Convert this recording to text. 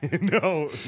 No